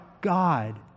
God